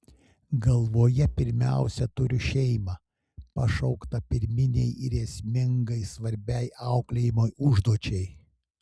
galvoje pirmiausia turiu šeimą pašauktą pirminei ir esmingai svarbiai auklėjimo užduočiai